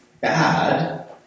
bad